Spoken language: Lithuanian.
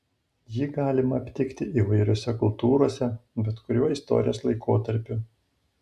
jį galima aptikti įvairiose kultūrose bet kuriuo istorijos laikotarpiu